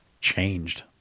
changed